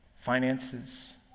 Finances